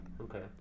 Okay